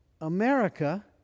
America